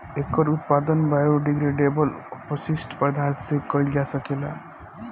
एकर उत्पादन बायोडिग्रेडेबल अपशिष्ट पदार्थ से कईल जा सकेला